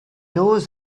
knows